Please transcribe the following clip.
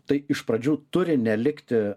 tai iš pradžių turi nelikti